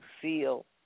feel